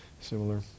similar